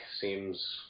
seems